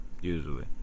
usually